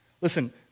Listen